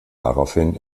daraufhin